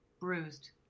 bruised